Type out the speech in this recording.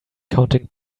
counting